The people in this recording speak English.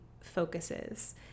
focuses